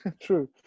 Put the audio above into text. true